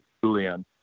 Julian